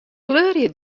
kleurje